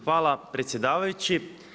Hvala predsjedavajući.